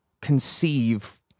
conceive